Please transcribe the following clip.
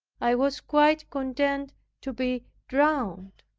i was quite content to be drowned,